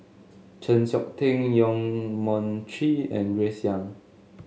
Chng Seok Tin Yong Mun Chee and Grace Young